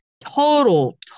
total